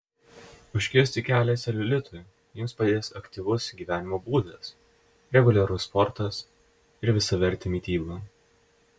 užkirsti kelią celiulitui jums padės aktyvus gyvenimo būdas reguliarus sportas ir visavertė mityba